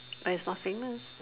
but it's not famous